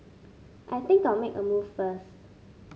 I think I'll make a move first